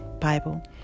Bible